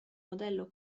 modello